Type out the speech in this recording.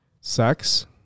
sex